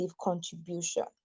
contribution